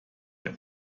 der